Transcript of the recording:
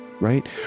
right